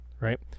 right